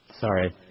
Sorry